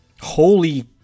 Holy